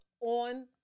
on